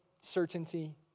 certainty